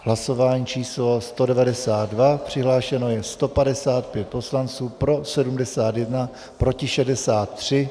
Hlasování číslo 192, přihlášeno je 155 poslanců, pro 71, proti 63.